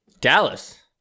Dallas